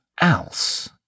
else